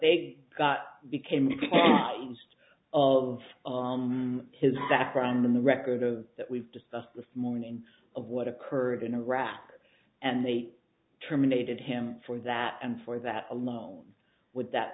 they got became used of his background and the record of that we've discussed this morning of what occurred in iraq and they terminated him for that and for that alone would that